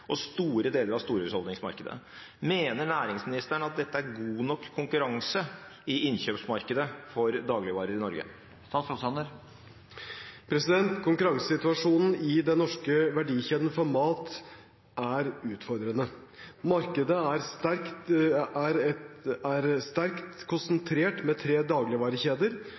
og store deler av storhusholdningsmarkedet. Mener statsråden det er god nok konkurranse i innkjøpsmarkedet for dagligvarer i Norge?» Konkurransesituasjonen i den norske verdikjeden for mat er utfordrende. Markedet er sterkt konsentrert, med tre dagligvarekjeder som er